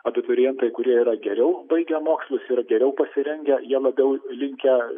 abiturientai kurie yra geriau baigę mokslus ir geriau pasirengę jie labiau linkę